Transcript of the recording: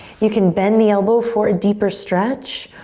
you can bend the elbow for a deeper stretch,